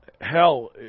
Hell